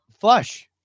flush